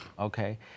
okay